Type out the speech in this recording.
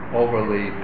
overly